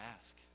ask